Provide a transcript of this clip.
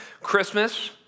Christmas